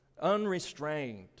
Unrestrained